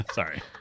Sorry